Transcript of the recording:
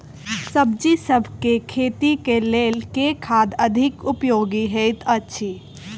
सब्जीसभ केँ खेती केँ लेल केँ खाद अधिक उपयोगी हएत अछि?